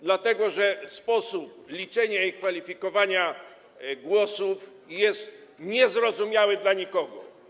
Dlatego że sposób liczenia i kwalifikowania głosów jest niezrozumiały dla nikogo.